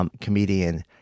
comedian